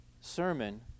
sermon